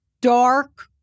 dark